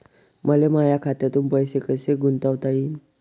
मले माया खात्यातून पैसे कसे गुंतवता येईन?